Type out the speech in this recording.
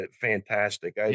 fantastic